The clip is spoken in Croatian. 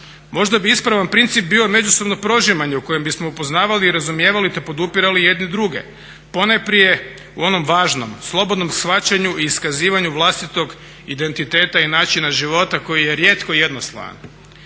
Možda bi ispravan princip bio međusobno prožimanje u kojem bismo upoznavali i razumijevali te podupirali jedni druge, ponajprije u onom važnom slobodnom shvaćanju i iskazivanju vlastitog identiteta i načina života koji je rijetko jedno ….